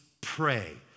pray